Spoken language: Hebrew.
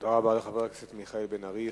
תודה רבה לחבר הכנסת מיכאל בן-ארי.